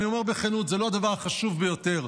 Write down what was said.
אני אומר בכנות, זה לא הדבר החשוב ביותר,